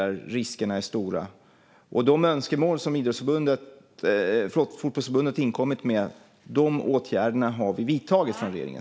När det gäller de önskemål som Fotbollförbundet har inkommit med har vi från regeringens sida vidtagit åtgärder.